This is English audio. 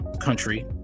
country